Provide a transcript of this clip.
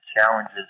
challenges